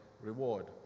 reward